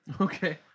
Okay